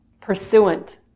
pursuant